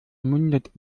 mündet